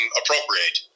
appropriate